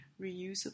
reusable